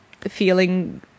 feeling